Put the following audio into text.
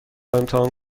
امتحان